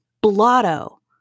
blotto